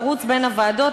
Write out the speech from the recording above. לרוץ בין הוועדות,